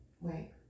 wait